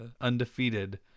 undefeated